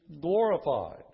glorified